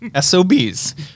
SOBs